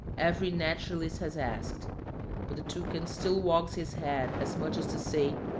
every naturalist has asked but the toucan still wags his head, as much as to say,